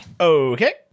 Okay